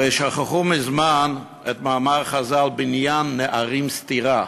הרי שכחו מזמן את מאמר חז"ל: בניין נערים סתירה.